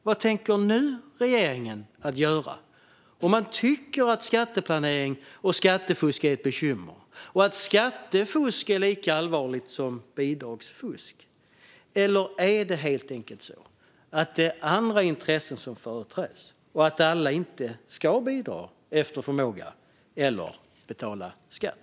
Vad tänker regeringen nu göra, om man tycker att skatteplanering och skattefusk är ett bekymmer och att skattefusk är lika allvarligt som bidragsfusk? Eller är det helt enkelt så att det är andra intressen som företräds och att alla inte ska bidra efter förmåga eller betala skatt?